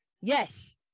Yes